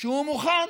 הוא מוכן